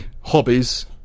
hobbies